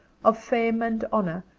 of fame and honour,